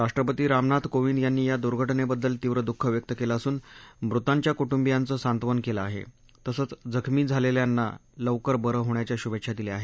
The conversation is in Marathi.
राष्ट्रपती रामनाथ कोविंद यांनी या दुर्घटनेबद्दल तीव्र दुःख व्यक्त केलं असून मृतांच्या कुटुंबियांचं सांत्वन केलं आहे तसंच जखमी झालेल्यांना लवकर बरं होण्याच्या शुभेच्छा दिल्या आहेत